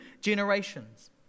generations